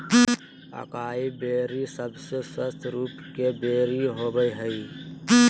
acai berry सबसे स्वस्थ रूप के बेरी होबय हइ